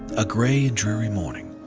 a gray and dreary morning.